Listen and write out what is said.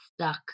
stuck